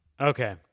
Okay